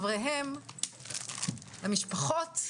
לחבריהם, למשפחות.